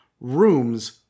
rooms